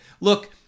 Look